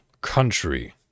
country